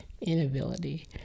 inability